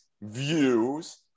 views